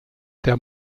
der